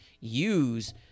use